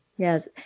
Yes